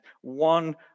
one